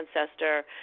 ancestor